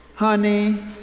Honey